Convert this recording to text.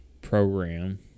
program